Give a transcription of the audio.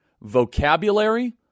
vocabulary